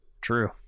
True